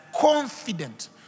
confident